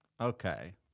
Okay